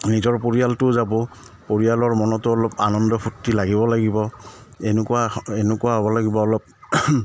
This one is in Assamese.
নিজৰ পৰিয়ালটোও যাব পৰিয়ালৰ মনতো অলপ আনন্দ ফূৰ্তি লাগিব লাগিব এনেকুৱা এনেকুৱা হ'ব লাগিব অলপ